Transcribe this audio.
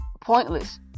pointless